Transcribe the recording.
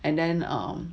and then um